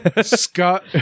Scott